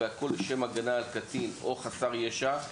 והכל לשם הגנה על קטין או חסר ישע,